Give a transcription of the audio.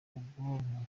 ubwonko